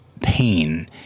pain